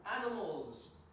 animals